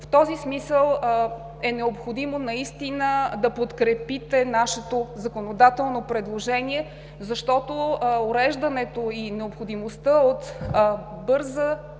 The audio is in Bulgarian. В този смисъл е необходимо да подкрепите нашето законодателно предложение, защото уреждането и необходимостта от бърза